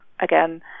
again